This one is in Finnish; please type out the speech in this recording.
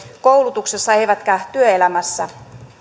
koulutuksessa eivätkä työelämässä